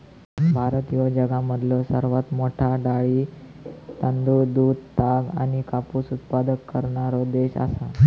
भारत ह्यो जगामधलो सर्वात मोठा डाळी, तांदूळ, दूध, ताग आणि कापूस उत्पादक करणारो देश आसा